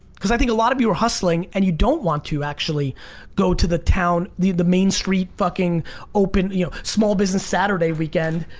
because i think a lot of you are hustling and you don't want to actually go to the town, the the main street fucking open small business saturday weekend,